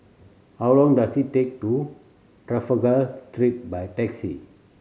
how long does it take to Trafalgar Street by taxi